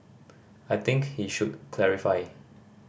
I think he should clarify